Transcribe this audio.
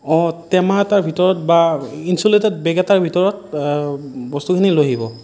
অ টেমা এটাৰ ভিতৰত বা ইনচুলেটেড বেগ এটাৰ ভিতৰত বস্তুখিনি লৈ আহিব